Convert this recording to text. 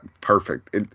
perfect